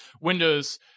Windows